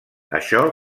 això